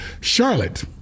Charlotte